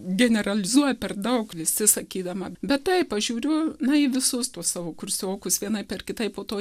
generalizuoju per daug visi sakydama bet taip aš žiūriu na į visus tuos savo kursiokus vienaip ar kitaip po to